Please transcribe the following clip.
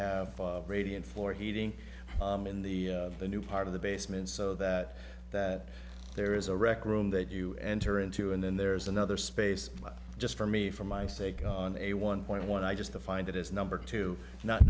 have radiant for heating in the the new part of the basement so that that there is a rec room that you enter into and then there's another space just for me for my sake on a one point one i just to find it is number two not